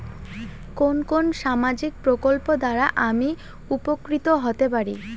কোন কোন সামাজিক প্রকল্প দ্বারা আমি উপকৃত হতে পারি?